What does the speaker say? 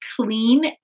clean